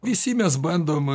visi mes bandom